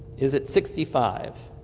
is it sixty five?